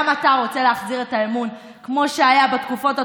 גם אתה רוצה להחזיר את האמון כמו שהיה בתקופות הטובות,